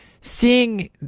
seeing